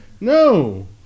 No